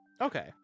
okay